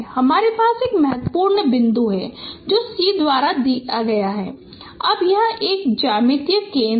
हमारे पास एक महत्वपूर्ण बिंदु है जो c द्वारा दिया गया है अब यह एक ज्यामितीय केंद्र है